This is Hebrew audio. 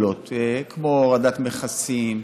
כמו הורדת מכסים,